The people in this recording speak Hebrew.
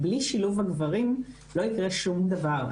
בלי שילוב הגברים לא יקרה שום דבר.